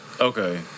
Okay